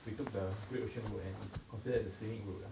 we took the great ocean road and is considered as a scenic route ah